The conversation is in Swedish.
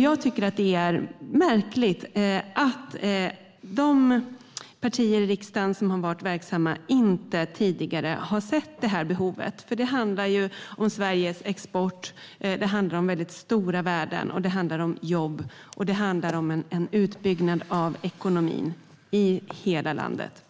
Jag tycker att det är märkligt att de partier i riksdagen som har varit verksamma inte tidigare har sett det här behovet. Det handlar ju om Sveriges export, och det handlar om väldigt stora värden. Det handlar om jobb, och det handlar om en utbyggnad av ekonomin i hela landet